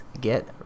get